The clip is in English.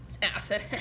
Acid